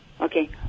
Okay